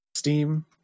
Steam